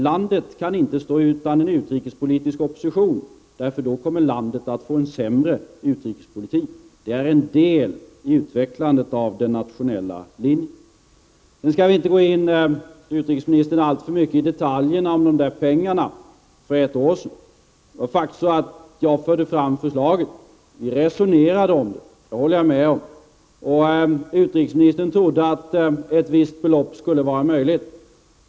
Landet kan inte stå utan en utrikespolitisk opposition, då kommer landet att få en sämre utrikespolitik. Det är en del i utvecklandet av den nationella linjen. Nu skall vi, utrikesministern, inte gå in alltför mycket i detalj på dessa pengar för ett år sedan. Det var faktiskt jag som förde fram förslaget. Vi resonerade om det, det håller jag med om. Utrikesministern trodde att ett visst belopp skulle vara möjligt.